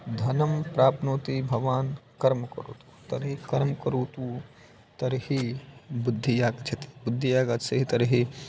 धनं प्राप्नोति भवान् कर्म करोतु तर्हि कर्म करोतु तर्हि बुद्धिः आगच्छति बुद्धिः आगच्छति तर्हि